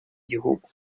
gihugu